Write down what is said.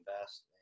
invest